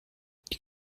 die